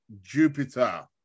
Jupiter